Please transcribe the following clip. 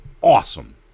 Awesome